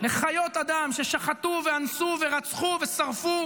לחיות אדם ששחטו ואנסו ורצחו ושרפו